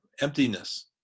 emptiness